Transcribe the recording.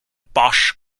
bosch